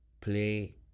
play